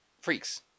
freaks